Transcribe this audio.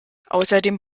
außerdem